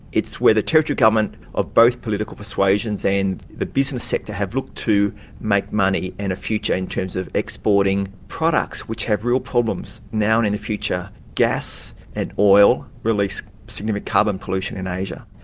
it's where the territory government of both political persuasions and the business sector have looked to make money and a future in terms of exporting products, which have real problems now and in the future. gas and oil release significant carbon pollution in asia.